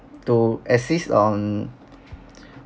to assist on